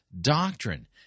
doctrine